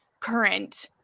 current